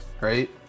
right